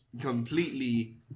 completely